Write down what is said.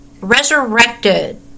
Resurrected